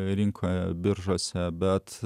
rinkoje biržuose bet